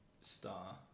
star